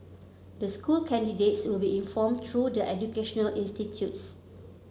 the school candidates will be informed through the educational institutes